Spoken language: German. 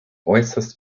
äußerst